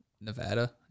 Nevada